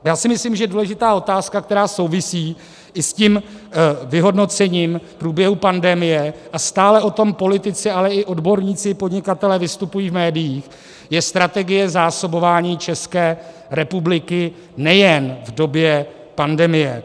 Já si myslím, že důležitá otázka, která souvisí i s tím vyhodnocením průběhu pandemie, a stále o tom politici, ale i odborníci a podnikatelé vystupují v médiích, je strategie zásobování České republiky nejen v době pandemie.